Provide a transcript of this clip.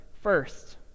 first